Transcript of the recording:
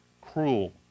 cruel